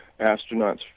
astronauts